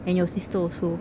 and your sister also